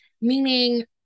meaning